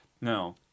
Now